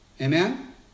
Amen